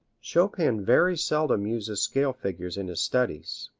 chopin very seldom uses scale figures in his studies.